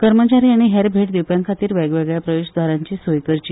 कर्मचारी आनी हेर भेट दिवप्यां खातीर वेगळ्यावेगळ्या प्रवेशदारांची सोय करची